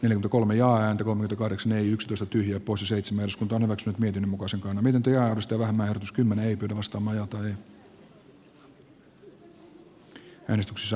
yli kolme ja hän on kahdeksan yksitoista tyhjä poissa seitsemän s kuntoon vasta niiden mukaan se on niiden työllistävä merkitys kymmene sitten voittaneesta mietintöä vastaan